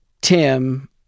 Tim